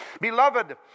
Beloved